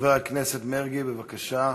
חבר הכנסת מרגי, בבקשה.